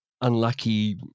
unlucky